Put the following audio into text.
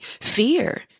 fear